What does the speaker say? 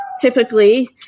typically